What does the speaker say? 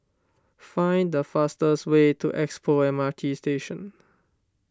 find the fastest way to Expo M R T Station